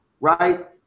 right